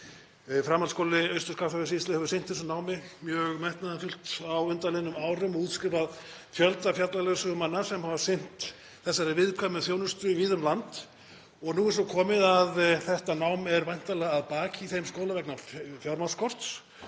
Framhaldsskólinn í Austur-Skaftafellssýslu hefur sinnt þessu námi mjög metnaðarfullt á undanliðnum árum og útskrifað fjölda fjallaleiðsögumanna sem hafa sinnt þessari viðkvæmu þjónustu víða um land. Nú er svo komið að þetta nám er væntanlega að baki í þeim skóla vegna fjármagnsskorts